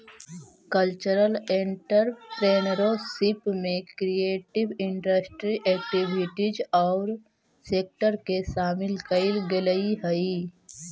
cultural entrepreneurship में creative industry activities औउर sector के शामिल कईल गेलई हई